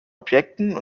objekten